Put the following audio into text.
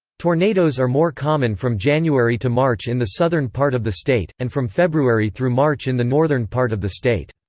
tornadoes are more common from january to march in the southern part of the state, and from february through march in the northern part of the state.